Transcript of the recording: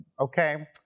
Okay